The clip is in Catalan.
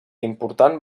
important